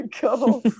go